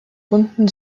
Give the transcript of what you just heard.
runden